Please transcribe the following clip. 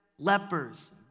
Lepers